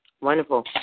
Wonderful